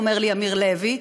אומר לי אמיר לוי,